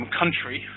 country